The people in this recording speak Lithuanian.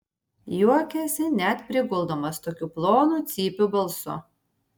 juokėsi net priguldamas tokiu plonu cypiu balsu